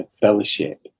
fellowship